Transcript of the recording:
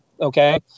Okay